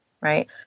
right